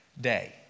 day